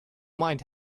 mind